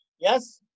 Yes